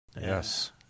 Yes